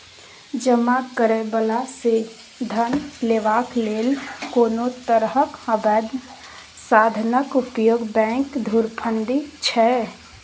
जमा करय बला सँ धन लेबाक लेल कोनो तरहक अबैध साधनक उपयोग बैंक धुरफंदी छै